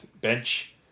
bench